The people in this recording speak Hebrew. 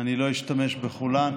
אני לא אשתמש בכולן,